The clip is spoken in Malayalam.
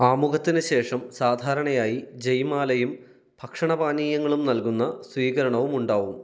ആമുഖത്തിന് ശേഷം സാധാരണയായി ജയ് മാലയും ഭക്ഷണ പാനീയങ്ങളും നൽകുന്ന സ്വീകരണവും ഉണ്ടാവും